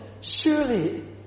surely